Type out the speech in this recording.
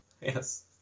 Yes